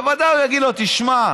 בוודאי הוא יגיד לו: תשמע,